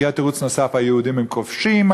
הגיע תירוץ נוסף: היהודים הם כובשים,